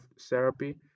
therapy